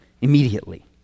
Immediately